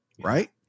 Right